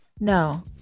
no